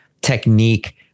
technique